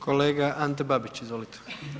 Kolega Ante Babić, izvolite.